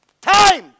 time